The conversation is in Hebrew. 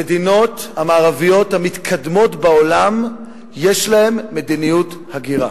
המדינות המערביות המתקדמות בעולם יש להן מדיניות הגירה.